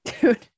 dude